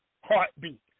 heartbeat